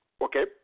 okay